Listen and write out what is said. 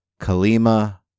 Kalima